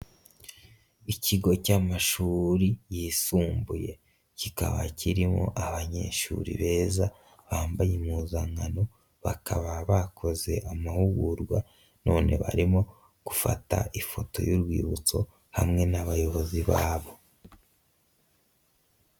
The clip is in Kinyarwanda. Ikigo cy'amashuri yisumbuye, kikaba kirimo abanyeshuri beza bambaye impuzankano, bakaba bakoze amahugurwa none barimo gufata ifoto y'urwibutso hamwe n'abayobozi babo.